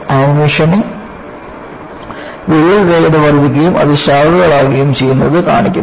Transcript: animation വിള്ളൽ വേഗത വർദ്ധിക്കുകയും അത് ശാഖകളാവുകയും ചെയ്യുന്നത് കാണിക്കുന്നു